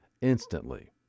instantly